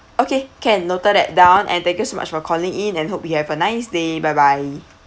okay can noted that down and thank you so much for calling in and hope you have a nice day bye bye